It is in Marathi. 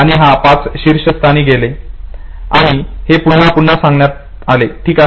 आणि हा 5 शीर्षस्थानी गेले आणि हे पुन्हा पुन्हा सांगण्यात आले ठीक आहे